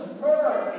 murder